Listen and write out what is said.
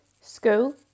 school